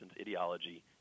ideology